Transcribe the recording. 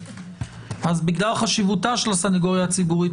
בגלל חשיבותה של הסנגוריה הציבורית,